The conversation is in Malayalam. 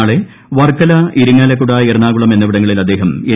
നാളെ വർക്കല ഇരിങ്ങാലക്കുട എറണാകുളം എന്നിവിടങ്ങളിൽ അദ്ദേഹം എൻ